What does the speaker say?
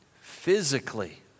Physically